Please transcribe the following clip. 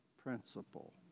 principle